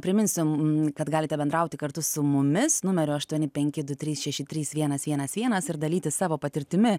priminsiu m kad galite bendrauti kartu su mumis numeriu aštuoni penki du trys šeši trys vienas vienas vienas ir dalytis savo patirtimi